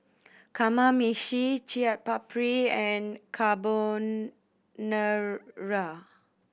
Kamameshi Chaat Papri and Carbonara